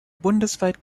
bundesweit